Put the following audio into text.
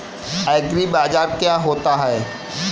एग्रीबाजार क्या होता है?